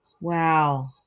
Wow